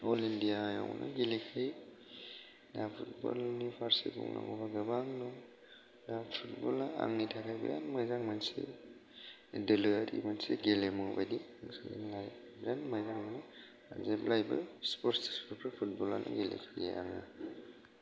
अल इण्डियायावनो गेलेखायो दा फुटबलनि फारसे बुङोब्ला गोबांनो दा फुटबला आंनि थाखाय बिराद मोजां माने दोलोआरि मोनसे गेलेमु बायदि जेब्लायबो स्पर्ट्स फुटबलानो गेलेखायो